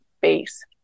base